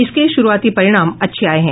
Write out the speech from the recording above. इसके शुरूआती परिणाम अच्छे आये है